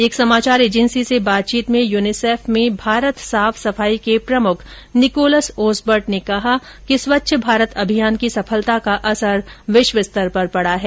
एक समाचार एजेंसी से बातचीत में यूनीसेफ में भारत साफ सफाई के प्रमुख निकोलस ओसंबर्ट ने कहा कि स्वच्छ भारत अभियान की सफलता का असर विश्व स्तर पर पड़ा है